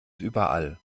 überall